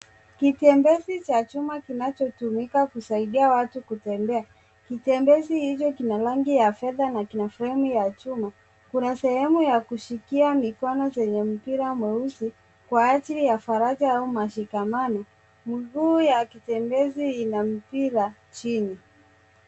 Kitembezi cha chuma kinachotumia kusaidia watu kutembea. Kitembezi hicho kina rangi ya fedha na fremu ya chuma. Kuna sehemu ya kushikia mikono zenye mpira nyeusi kwa ajili ya faraja au mashikamano. Miguu ya kitembezi ina mipira chini.